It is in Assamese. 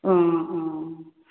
অঁ অঁ